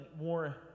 more